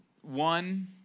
One